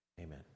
amen